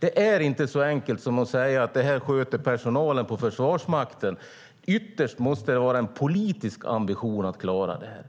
Det är inte så enkelt som att säga att det här sköter personalen på Försvarsmakten. Ytterst måste det vara en politisk ambition att klara det här.